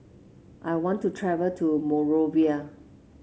I want to travel to Monrovia